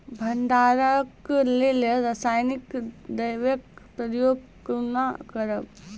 भंडारणक लेल रासायनिक दवेक प्रयोग कुना करव?